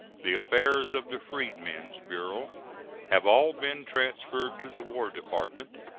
the affairs of the freedmen's bureau have all been transferred to the war department,